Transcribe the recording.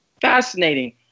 Fascinating